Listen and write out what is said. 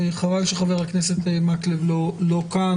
וחבל שחה"כ מקלב לא כאן,